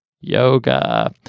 yoga